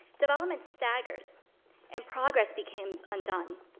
development staggers and progress becomes undone.